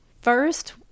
First